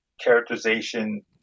characterization